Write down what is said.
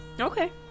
Okay